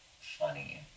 funny